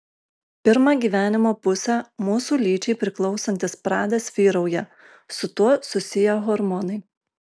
pirmą gyvenimo pusę mūsų lyčiai priklausantis pradas vyrauja su tuo susiję hormonai